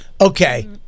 okay